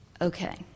okay